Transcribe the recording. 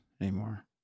anymore